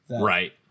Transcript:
Right